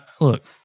look